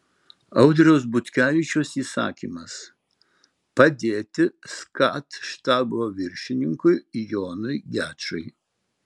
audriaus butkevičiaus įsakymas padėti skat štabo viršininkui jonui gečui